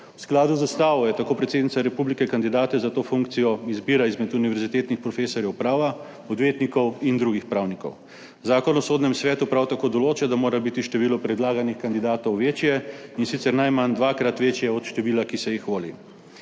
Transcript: V skladu z ustavo tako predsednica republike kandidate za to funkcijo izbirala izmed univerzitetnih profesorjev prava, odvetnikov in drugih pravnikov. Zakon o sodnem svetu prav tako določa, da mora biti število predlaganih kandidatov večje, in sicer najmanj dvakrat večje od števila, ki se jih voli.